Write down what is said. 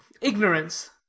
ignorance